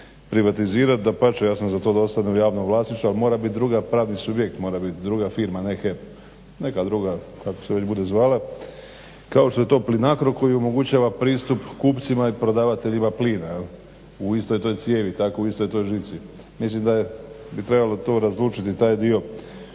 privatizirat. Dapače ja sam za to da ostane javno vlasništvo, ali mora bit druga pravni subjekt, mora bit druga firma ne HEP, neka druga kako se već bude zvala kao što je Plinacro koji omogućava pristup kupcima i prodavateljima plina u istoj toj cijeni, tako u istoj tržnici. Mislim da bi trebalo to razlučiti taj dio,